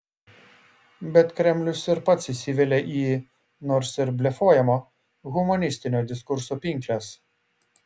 bet kremlius ir pats įsivelia į nors ir blefuojamo humanistinio diskurso pinkles